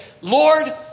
Lord